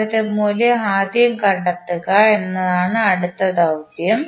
അതിന്റെ മൂല്യം ആദ്യം കണ്ടെത്തുക എന്നതാണ് അടുത്ത ദൌത്യം